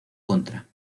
contra